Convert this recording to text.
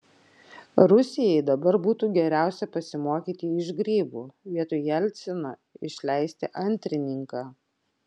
rusijai dabar būtų geriausia pasimokyti iš grybų vietoj jelcino išleisti antrininką